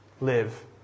live